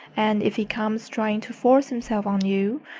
and if he comes trying to force himself on you,